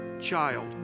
child